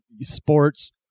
sports